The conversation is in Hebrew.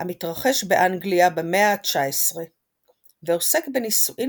המתרחש באנגליה במאה ה־19 ועוסק בנישואין